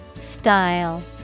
Style